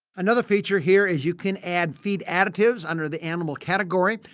another feature here is you can add feed additives under the animals category.